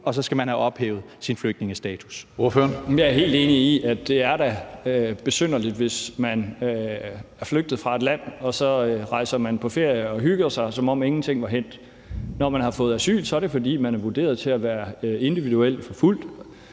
Torsten Schack Pedersen (V): Jamen jeg er helt enig i, er det da er besynderligt, hvis man er flygtet fra et land, at man så rejser på ferie og hygger sig, som om ingenting var hændt. Når man har fået asyl, er det, fordi man er vurderet til at være individuelt forfulgt,